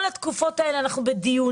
כל התקופות האלה אנחנו בדיונים.